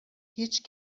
هیچ